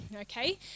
okay